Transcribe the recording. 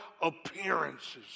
appearances